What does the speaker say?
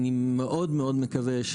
אני מאוד מקווה,